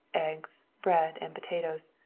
eggs, bread and potatoes.